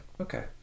Okay